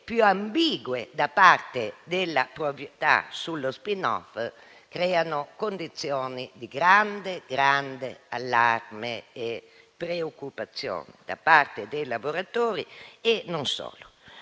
più ambigue da parte della proprietà sullo *spin-off*, creano condizioni di grande grande allarme e preoccupazione tra i lavoratori e non solo.